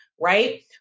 right